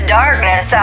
darkness